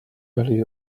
value